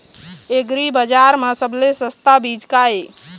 एग्रीबजार म सबले सस्ता चीज का ये?